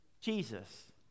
Jesus